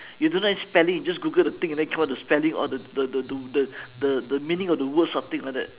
you don't know any spelling you just google the thing and then come out the spelling all the the the the the the the the meaning of the words something like that